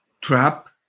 trap